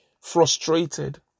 frustrated